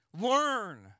learn